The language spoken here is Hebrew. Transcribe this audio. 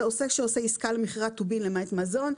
זה עוסק שעושה עסקה למכירת טובין למעט מזון,